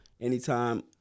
Anytime